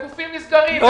כשגופים נסגרים,